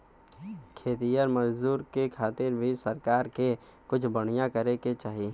खेतिहर मजदूर के खातिर भी सरकार के कुछ बढ़िया करे के चाही